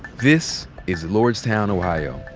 this is lordstown, ohio.